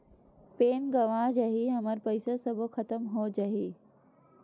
Pan गंवा जाही हमर पईसा सबो खतम हो जाही?